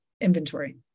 inventory